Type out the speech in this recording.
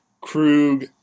Krug